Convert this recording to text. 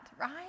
right